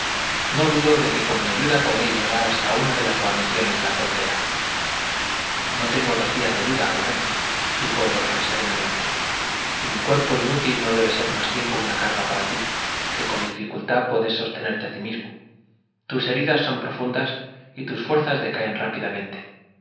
no dudo de que con mi ayuda podréis llegar hasta una de las guarniciones de la frontera no tengo dos días de vida rubén dijo el otro serenamente y mi cuerpo inútil no debe ser más tiempo una carga para ti que con dificultad puedes sostenerte a ti mismo tus heridas son profundas y tus fuerzas decaen rápidamente